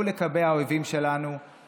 שהאויבים שלנו ניסו לקבע.